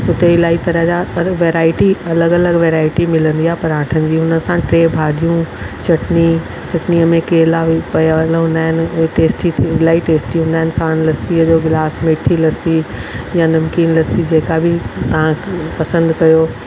उते इलाही तरह जा वैराएटी अलॻि अलॻि वैराएटी मिलंदी आहे पराठनि जी उन सां टे भाॼियूं चटिनी चटिनीअ में केला पयलु हूंदा आहिनि उहे टेस्टी इलाही हूंदा आहिनि साणु लस्सीअ जो गिलास मिठी लस्सी या नमकीन लस्सी जेका बि तव्हां पसंदि कयो